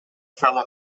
fellow